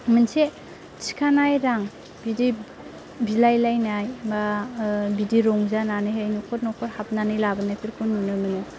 मोनसे थिखानाय रां बिदि बिलायलायनाय एबा बिदि रंजानानैहाय न'खर न'खर हाबनानै लाबोनायफोरखौ नुनो मोनो